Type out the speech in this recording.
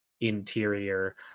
interior